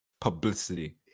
Publicity